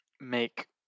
make